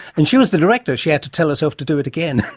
and she was the director, she had to tell herself to do it again.